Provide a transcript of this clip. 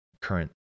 current